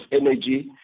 Energy